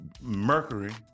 Mercury